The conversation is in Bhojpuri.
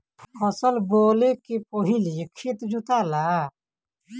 फसल बोवले के पहिले खेत जोताला